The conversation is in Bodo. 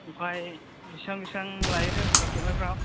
ओमफ्राय बिसबां बिसिबां लायोथाइ फट' खेबनायफ्राव